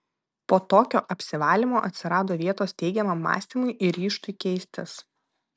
po tokio apsivalymo atsirado vietos teigiamam mąstymui ir ryžtui keistis